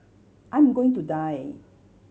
I'm going to die